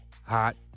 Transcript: Hot